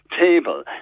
table